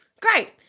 great